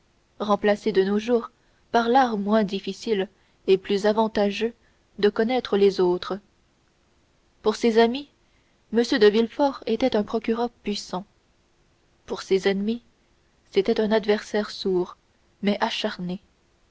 remplacé de nos jours par l'art moins difficile et plus avantageux de connaître les autres pour ses amis m de villefort était un protecteur puissant pour ses ennemis c'était un adversaire sourd mais acharné